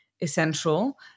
essential